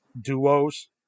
duos